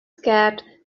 scared